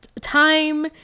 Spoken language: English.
time